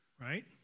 right